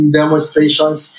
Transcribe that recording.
demonstrations